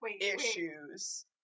issues